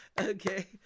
Okay